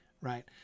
right